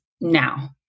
now